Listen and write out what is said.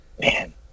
Man